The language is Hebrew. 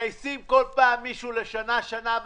מגייסים בכל פעם מישהו לשנה, שנה וחצי,